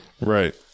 Right